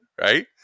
right